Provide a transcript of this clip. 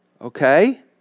okay